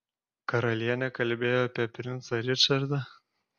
karalienė kalbėjo apie princą ričardą